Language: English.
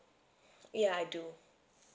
ya I do